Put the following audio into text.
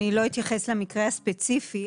אני לא אתייחס למקרה הספציפי,